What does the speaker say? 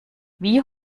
wie